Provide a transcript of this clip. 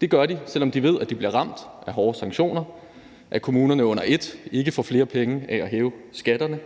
Det gør de, selv om de ved, at de bliver ramt af hårde sanktioner, og at kommunerne under ét ikke får flere penge af at hæve skatterne,